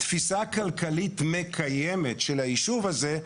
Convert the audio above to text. תפיסה כלכלית מקיימת של היישוב הזה,